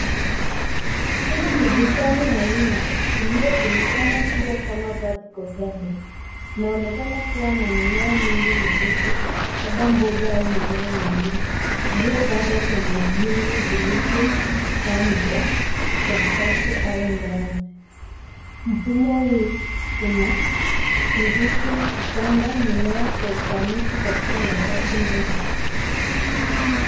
Hili ni bustani ya wima iliyojulikana pia kama vertical garden . Inaonekana kuwa na mimea mingi midogo labda mboga au mimea mingine iliyopandwa kwenye vyungu vilivyopangwa kwa safu au ngazi. Mfumo huu unaruhusu kupanda mimea kwa ufanisi katika nafasi ndogo.